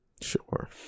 Sure